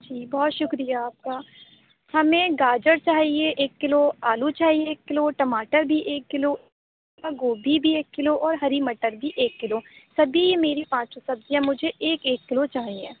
جی بہت شُکریہ آپ کا ہمیں گاجر چاہیے ایک کلو آلو چاہیے ایک کلو ٹماٹر بھی ایک کلو گوبھی بھی ایک کلو اور ہری مٹر بھی ایک کلو سبھی میری پانچوں سبزیاں مجھے ایک ایک کلو چاہئیں